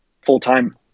full-time